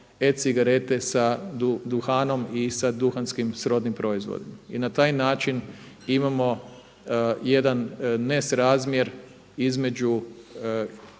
e-cigarete sa duhanom i sa duhanskim srodnim proizvodima. I na taj način imamo jedan nesrazmjer između